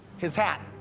his hat.